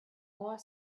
more